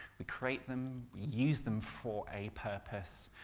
we create them, we use them for a purpose,